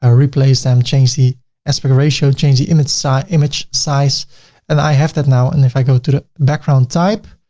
ah replaced them, changed the aspect ratio, changed the image size image size and i have that now and if i go to the background type,